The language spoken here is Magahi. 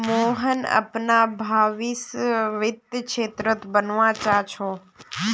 मोहन अपनार भवीस वित्तीय क्षेत्रत बनवा चाह छ